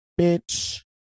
Bitch